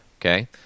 Okay